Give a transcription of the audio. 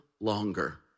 longer